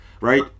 right